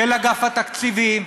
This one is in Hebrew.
של אגף התקציבים,